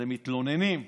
הם מתלוננים.